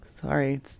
Sorry